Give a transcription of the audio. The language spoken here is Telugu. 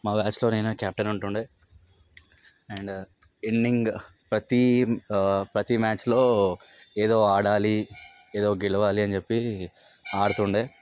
మా బ్యాచ్ లో నేనే కెప్టెన్ ఉంటుండే అండ్ ఎండింగ్ ప్రతి ఆ ప్రతి మ్యాచ్లో ఏదో ఆడాలి ఏదో ఒక గెలవాలి అని చెప్పి ఆడుతుండే